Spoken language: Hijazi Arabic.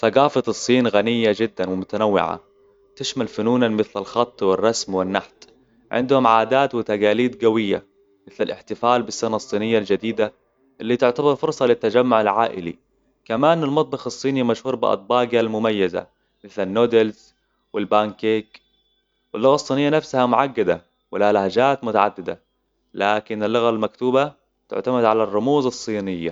ثقافه الصين غنية جداً ومتنوعة تشمل فنوناً مثل الخط والرسم والنحت عندهم عادات وتقاليد قوية مثل الإحتفال بالسنة الصينية الجديدة اللي تعتبر فرصة للتجمع العائلي كمان المطبخ الصيني مشهور بأطباقها المميزه مثل النودلز والبانكيك .اللغة الصينية نفسها معقدة ولها لهجات متعددة لكن اللغة المكتوبة تعتمد على الرموز الصينية